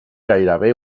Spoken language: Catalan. gairebé